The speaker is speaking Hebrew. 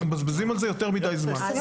אנחנו מבזבזים על זה יותר מדי זמן.